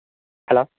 hello